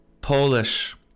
Polish